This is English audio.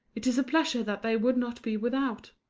it is a pleasure that they would not be without.